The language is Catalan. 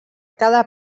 cada